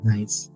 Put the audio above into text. Nice